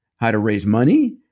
how to raise money,